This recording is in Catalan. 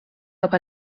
cap